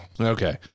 Okay